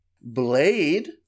blade